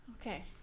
Okay